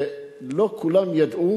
לא כולם ידעו.